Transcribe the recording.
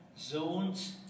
zones